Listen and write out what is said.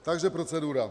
Takže procedura.